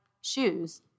shoes